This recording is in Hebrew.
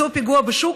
אותו פיגוע בשוק,